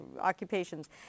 occupations